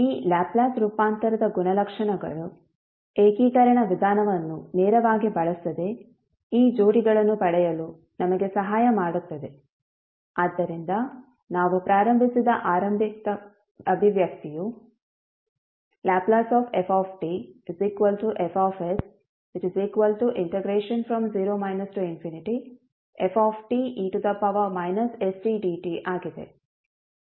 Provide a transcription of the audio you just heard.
ಈ ಲ್ಯಾಪ್ಲೇಸ್ ರೂಪಾಂತರದ ಗುಣಲಕ್ಷಣಗಳು ಏಕೀಕರಣ ವಿಧಾನವನ್ನು ನೇರವಾಗಿ ಬಳಸದೆ ಈ ಜೋಡಿಗಳನ್ನು ಪಡೆಯಲು ನಮಗೆ ಸಹಾಯ ಮಾಡುತ್ತದೆ ಆದ್ದರಿಂದ ನಾವು ಪ್ರಾರಂಭಿಸಿದ ಆರಂಭಿಕ ಅಭಿವ್ಯಕ್ತಿಯು LfFs0 fe stdt ಆಗಿದೆ